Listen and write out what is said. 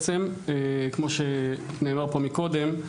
כמו שנאמר פה מקודם,